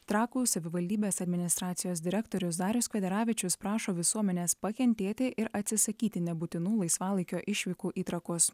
trakų savivaldybės administracijos direktorius darius kvederavičius prašo visuomenės pakentėti ir atsisakyti nebūtinų laisvalaikio išvykų į trakus